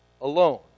alone